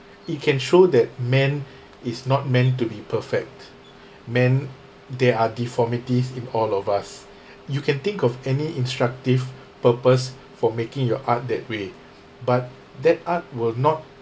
it can show that man is not meant to be perfect man there are deformities in all of us you can think of any instructive purpose for making your art that way but that art will not